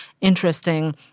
interesting